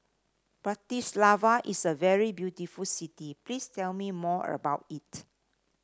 Bratislava is a very beautiful city please tell me more about it